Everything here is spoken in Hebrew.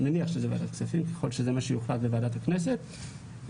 ככול שזה יוחלט בוועדת הכנסת,